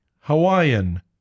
Hawaiian